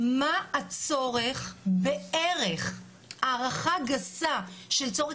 מה הצורך בערך, הערכה גסה של צורך.